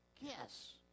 Yes